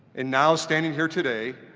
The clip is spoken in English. and now standing here today,